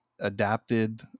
adapted